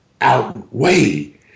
outweigh